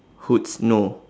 hoods no